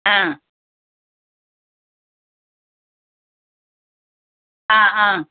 ആ ആ അ